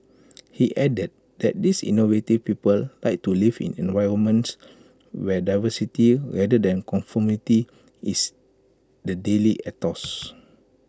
he added that these innovative people like to live in environments where diversity rather than conformity is the daily ethos